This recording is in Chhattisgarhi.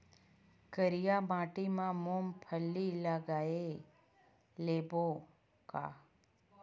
करिया माटी मा मूंग फल्ली लगय लेबों का?